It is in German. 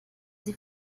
sie